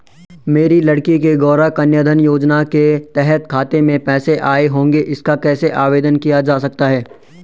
मेरी लड़की के गौंरा कन्याधन योजना के तहत खाते में पैसे आए होंगे इसका कैसे आवेदन किया जा सकता है?